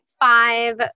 five